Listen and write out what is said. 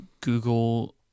Google